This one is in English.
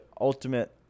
ultimate